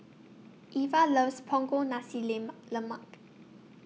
Evia loves Punggol Nasi Lemak Lemak